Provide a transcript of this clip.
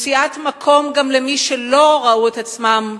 מציאת מקום גם למי שלא ראו את עצמם,